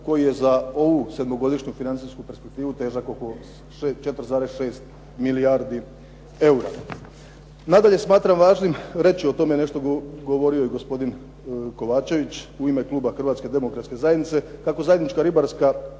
koji je za ovu sedmogodišnju financijsku perspektivu težak oko 4,6 milijardi eura. Nadalje, smatram važim reći, o tome je govorio i gospodin Kovačević u ime kluba Hrvatske demokratske zajednice, kako zajednička ribarska